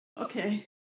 Okay